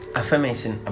affirmation